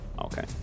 Okay